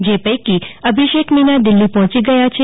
જે પૈકી અભિષેક મીના દિલ્હી પહોંચી ગયા છે